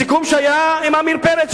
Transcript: בסיכום שהיה עם עמיר פרץ,